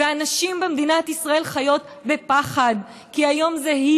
והנשים במדינת ישראל חיות בפחד כי היום זו היא